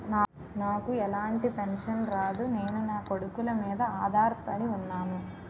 నాకు ఎలాంటి పెన్షన్ రాదు నేను నాకొడుకుల మీద ఆధార్ పడి ఉన్నాను